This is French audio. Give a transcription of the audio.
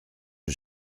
que